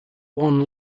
one